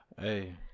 hey